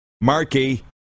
Markey